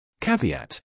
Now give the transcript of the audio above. Caveat